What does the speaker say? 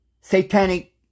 satanic